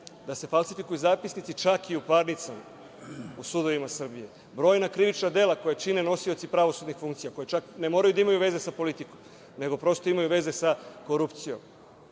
da se falsifikuju zapisnici čak i u parnicama u sudovima Srbije. Brojna krivična dela koja čine nosioci pravosudnih funkcija, koja čak ne moraju da imaju veze sa politikom, nego prosto imaju veze sa korupcijom,